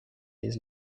his